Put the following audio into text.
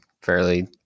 fairly